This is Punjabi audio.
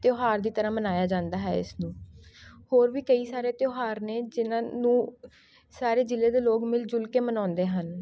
ਤਿਉਹਾਰ ਦੀ ਤਰ੍ਹਾਂ ਮਨਾਇਆ ਜਾਂਦਾ ਹੈ ਇਸ ਨੂੰ ਹੋਰ ਵੀ ਕਈ ਸਾਰੇ ਤਿਉਹਾਰ ਨੇ ਜਿਹਨਾਂ ਨੂੰ ਸਾਰੇ ਜ਼ਿਲ੍ਹੇ ਦੇ ਲੋਕ ਮਿਲਜੁਲ ਕੇ ਮਨਾਉਂਦੇ ਹਨ